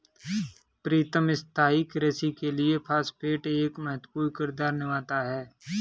प्रीतम स्थाई कृषि के लिए फास्फेट एक महत्वपूर्ण किरदार निभाता है